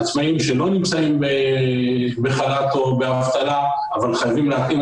עצמאים שלא נמצאים בחל"ת או באבטלה אבל חייבים להתאים